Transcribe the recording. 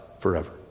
forever